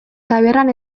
tabernan